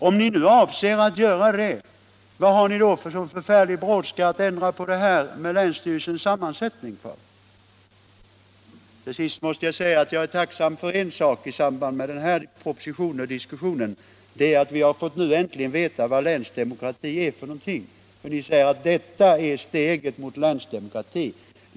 Om ni avser att göra det, varför har ni då en sådan förfärlig brådska att ändra länsstyrelsernas sammansättning? Till sist måste jag säga att jag är tacksam för en sak i samband med den här propositionen och diskussionen. Det är att vi nu äntligen fått veta vad länsdemokrati är. Ni säger att detta är steget mot länsdemokrati.